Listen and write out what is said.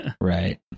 Right